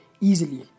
easily